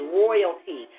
royalty